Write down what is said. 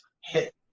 hit